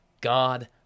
God